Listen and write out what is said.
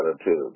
attitude